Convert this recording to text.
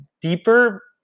deeper